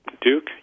Duke